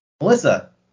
Melissa